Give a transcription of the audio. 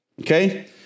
Okay